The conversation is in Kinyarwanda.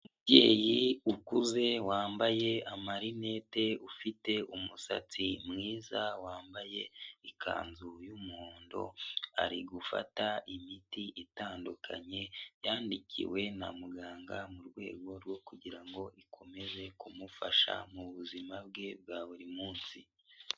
Umubyeyi ukuze wambaye amarinete ufite umusatsi mwiza, wambaye ikanzu y'umuhondo ari gufata imiti itandukanye yandikiwe na muganga mu rwego rwo kugira ngo ikomeze kumufasha mu buzima bwe bwa buri munsi.